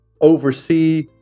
oversee